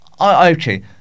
Okay